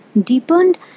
deepened